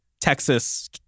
Texas